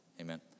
Amen